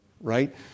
right